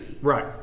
right